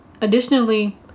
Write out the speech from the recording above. Additionally